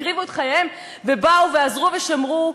הקריבו את חייהם ובאו ועזרו ושמרו,